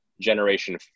Generation